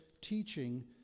teaching